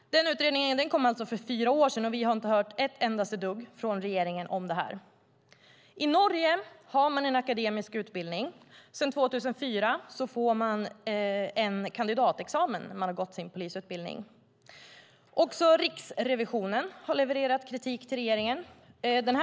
Denna utredning kom alltså för fyra år sedan, och vi har inte hört ett endaste dugg från regeringen om detta. I Norge har man en akademisk polisutbildning. Sedan 2004 får man en kandidatexamen när man har gått sin polisutbildning. Också Riksrevisionen har levererat kritik till regeringen.